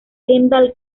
kendall